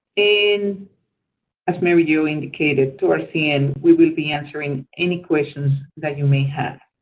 and as mary jo indicated, towards the end, we will be answering any questions that you may have.